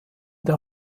der